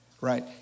right